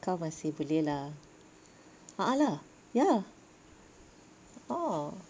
kau masih boleh lah a'ah lah ya ah